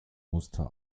muster